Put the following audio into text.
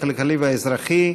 הכלכלי והאזרחי.